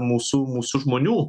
mūsų mūsų žmonių